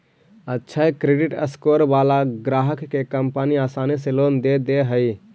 अक्षय credit score वाला ग्राहक के कंपनी आसानी से लोन दे दे हइ